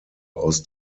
aus